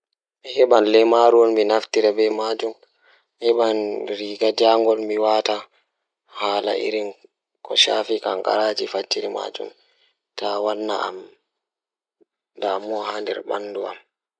Njiddere sabu to cut walla scrape ngal, kadi holla. Waawataa njiddaade bandage ngam fittaade sabu so tawii nafoore ngal e ɓuri. Njiddaade care, waawataa sabu heɓa nder so tawii njiddaade ko safu.